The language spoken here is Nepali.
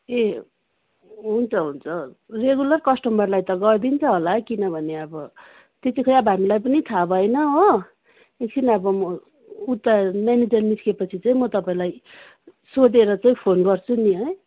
ए हुन्छ हुन्छ रेगुलर कस्टमरलाई त गरिदिन्छ होला किनभने अब त्यतिखेर हामीलाई पनि थाहा भएन हो एकछिन अब म उता म्यानेजर निस्किएपछि चाहिँ म तपाईँलाई सोधेर चाहिँ फोन गर्छु नि है